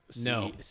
No